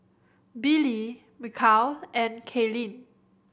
Billy Michal and Kaylin